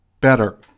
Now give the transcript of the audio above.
better